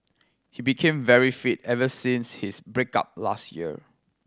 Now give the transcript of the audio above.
he became very fit ever since his break up last year